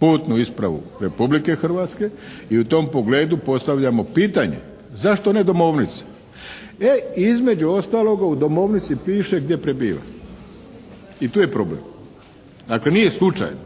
putnu ispravu Republike Hrvatske i u tom pogledu postavljamo pitanje zašto ne domovnica. E između ostaloga u domovnici piše gdje prebiva i tu je problem. Dakle nije slučajno.